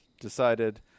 decided